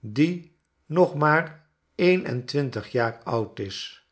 die nog maar een en twintig jaar oud is